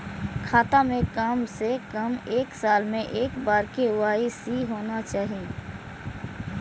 खाता में काम से कम एक साल में एक बार के.वाई.सी होना चाहि?